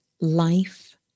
life